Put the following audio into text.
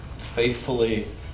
faithfully